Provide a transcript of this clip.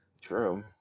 True